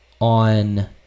on